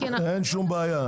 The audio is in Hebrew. כי אנחנו --- אין שום בעיה.